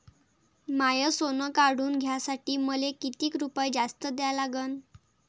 माय सोनं काढून घ्यासाठी मले कितीक रुपये जास्त द्या लागन?